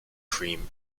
cream